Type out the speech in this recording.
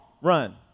Run